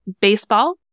baseball